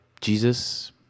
Jesus